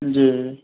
जी